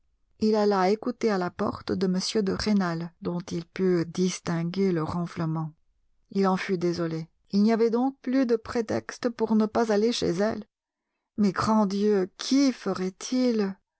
il alla écouter à la porte de m de rênal dont il put distinguer le ronflement il en fut désolé il n'y avait donc plus de prétexte pour ne pas aller chez elle mais grand dieu qu'y ferait-il